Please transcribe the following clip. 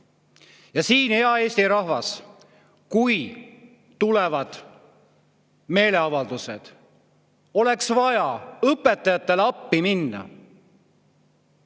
saadab. Hea Eesti rahvas, kui tulevad meeleavaldused, siis oleks vaja õpetajatele appi minna.